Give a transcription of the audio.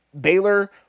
Baylor